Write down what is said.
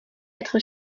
être